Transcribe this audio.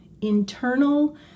internal